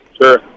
Sure